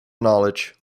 knowledge